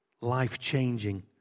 Life-changing